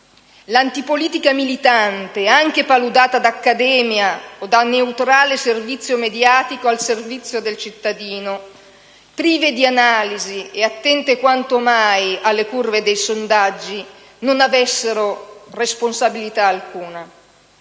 l'antipolitica militante, anche paludata da accademia o da neutrale servizio mediatico al servizio del cittadino, prive di analisi e attente quanto mai alle curve dei sondaggi, non avessero responsabilità alcuna.